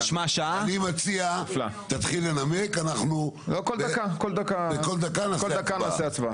אני מציע, תתחיל לנמק, בכל דקה אנחנו נעשה הצבעה.